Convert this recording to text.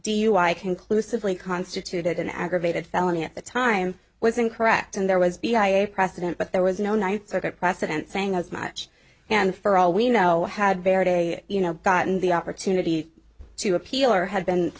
dui conclusively constituted an aggravated felony at the time was incorrect and there was a precedent but there was no ninth circuit precedent saying as much and for all we know had very day you know gotten the opportunity to appeal or have been